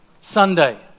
Sunday